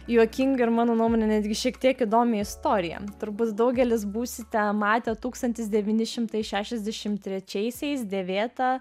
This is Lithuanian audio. juokingą ir mano nuomone netgi šiek tiek įdomią istoriją turbūt daugelis būsite matę tūkstantis devyni šimtai šešiasdešim trečiaisiais dėvėtą